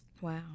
wow